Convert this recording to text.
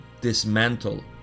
dismantle